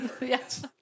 Yes